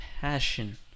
passion